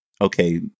okay